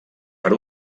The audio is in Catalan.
per